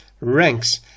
Ranks